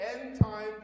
end-time